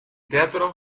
teatro